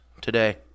today